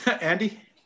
Andy